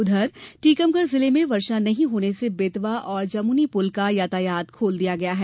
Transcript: उधर टीकमगढ़ जिले में वर्षा नहीं होने से बेतवा और जामुनी पुल का यातायात खोल दिया गया है